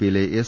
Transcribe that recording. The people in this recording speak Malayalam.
പി യിലെ എസ്